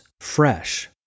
fresh